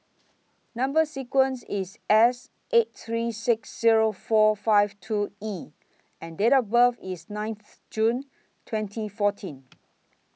Number sequence IS S eight three six Zero four five two E and Date of birth IS nine June twenty fourteen